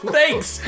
Thanks